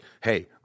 hey